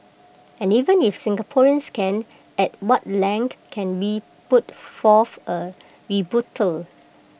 and even if Singaporeans can at what length can we put forth A rebuttal